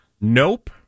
Nope